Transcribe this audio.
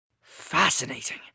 Fascinating